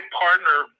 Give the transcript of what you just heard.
partner